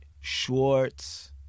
Schwartz